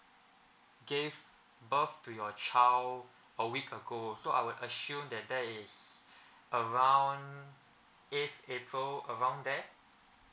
gave birth to your child a week ago so I would assume that that is around eighth april around there